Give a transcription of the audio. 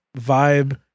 Vibe